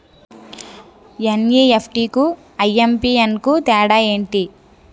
NEFT కు IMPS కు తేడా ఎంటి?